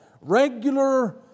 regular